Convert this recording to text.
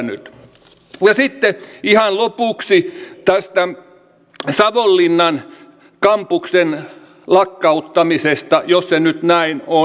ja sitten ihan lopuksi tästä savonlinnan kampuksen lakkauttamisesta jos se nyt näin on